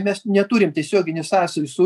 mes neturim tiesioginių sąsajų su